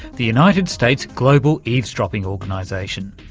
the united states' global eavesdropping organisation.